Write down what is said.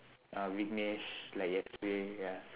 uh weakness like yesterday ya